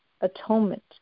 atonement